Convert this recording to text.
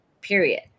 Period